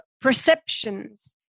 perceptions